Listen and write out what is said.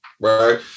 Right